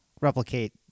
replicate